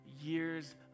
years